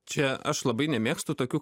čia aš labai nemėgstu tokių